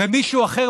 ומישהו אחר